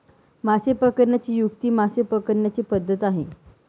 मासे पकडण्याची युक्ती मासे पकडण्याची पद्धत आहे